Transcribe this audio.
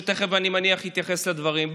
שתכף אני מניח שיתייחס לדברים,